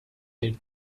their